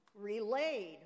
relayed